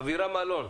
אבירם אלון.